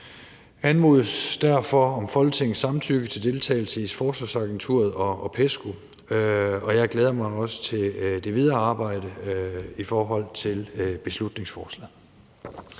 anmodes derfor om Folketingets samtykke til deltagelse i Forsvarsagenturet og PESCO, og jeg glæder mig også til det videre arbejde i forhold til beslutningsforslaget.